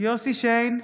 יוסף שיין,